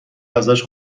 ازش